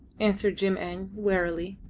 answered jim-eng, wearily.